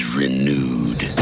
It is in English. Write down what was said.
renewed